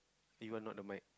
he got not the mike